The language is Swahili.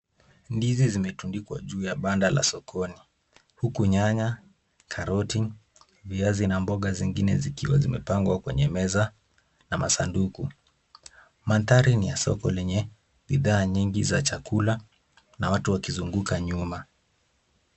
Ndizi zimetundikwa juu ya banda la sokoni huku nyanya ,karoti ,viazi na mboga zingine zikiwa zimepangwa kwenye meza na masanduku , mandhari ni ya soko lenye bidhaa nyingi za chakula na watu wakizunguka nyuma.